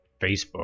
facebook